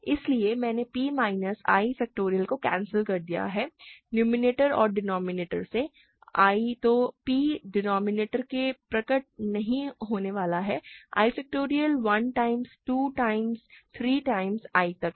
इसलिए मैंने p minus i factorial को कैंसिल कर दिया है नुमेरेटर और डिनोमिनेटर से I तो p डिनोमिनेटर में प्रकट नहीं होने वाला है i factorial 1 times 2 times 3 times i तक है